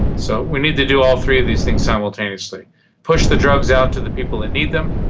so we need to do all three of these things simultaneously push the drugs out to the people that need them,